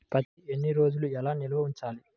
పత్తి ఎన్ని రోజులు ఎలా నిల్వ ఉంచాలి?